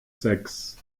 sechs